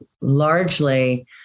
largely